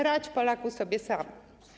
Radź, Polaku, sobie sam.